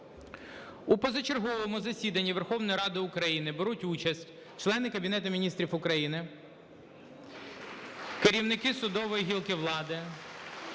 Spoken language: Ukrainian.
У позачерговому засіданні Верховної Ради України беруть участь члени Кабінету Міністрів України, керівники судової гілки влади,